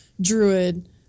druid